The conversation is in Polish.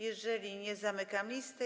Jeżeli nie, zamykam listę.